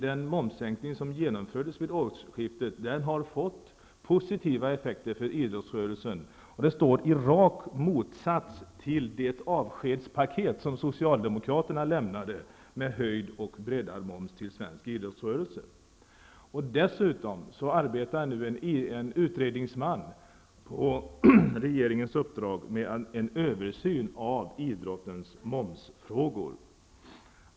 Den momssänkning som genomfördes vid årsskiftet har fått positiva effekter för idrottsrörelsen -- effekter som står i rak motsats till det avskedspaket som socialdemokraterna lämnade, med höjd och breddad moms, till svensk idrottsrörelse. Dessutom arbetar nu en utredningsman, på regeringens uppdrag, med en översyn av idrottens momsfrågor.